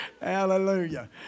Hallelujah